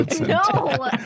No